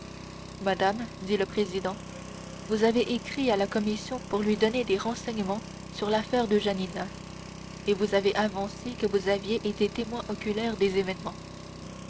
madame dit le président vous avez écrit à la commission pour lui donner des renseignements sur l'affaire de janina et vous avez avancé que vous aviez été témoin oculaire des événements